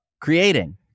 creating